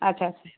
আচ্ছা আচ্ছা